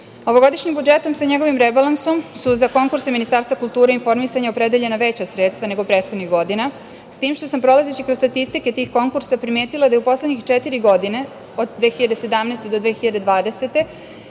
moguć. Ovogodišnjim budžetom se, njegovim rebalansom, za konkurse Ministarstva kulture i informisanja opredeljena veća sredstva nego prethodnih godina, s tim što sam prolazeći kroz statistike tih konkursa primetila da je u poslednjih četiri godine, od 2017. do 2020.